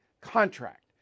contract